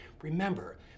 Remember